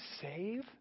save